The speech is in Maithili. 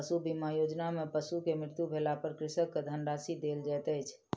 पशु बीमा योजना में पशु के मृत्यु भेला पर कृषक के धनराशि देल जाइत अछि